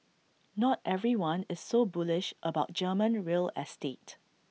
not everyone is so bullish about German real estate